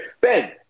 Ben